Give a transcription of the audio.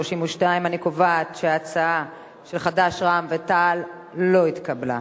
32. אני קובעת שההצעה של חד"ש ורע"ם-תע"ל לא התקבלה.